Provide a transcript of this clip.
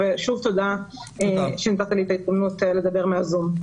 ושוב תודה שנתת לי את ההזדמנות לדבר מהזום.